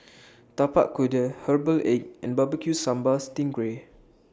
Tapak Kuda Herbal Egg and Barbecue Sambal Sting Ray